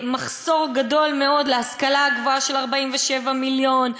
מחסור גדול מאוד להשכלה הגבוהה של 47 מיליון,